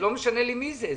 לא משנה לי מי זה,